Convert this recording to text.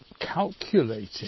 calculating